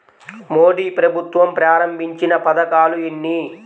మోదీ ప్రభుత్వం ప్రారంభించిన పథకాలు ఎన్ని?